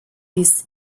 his